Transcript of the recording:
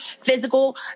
physical